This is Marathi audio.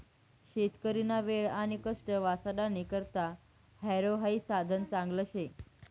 शेतकरीना वेळ आणि कष्ट वाचाडानी करता हॅरो हाई साधन चांगलं शे